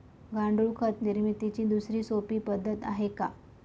गांडूळ खत निर्मितीची दुसरी सोपी पद्धत आहे का?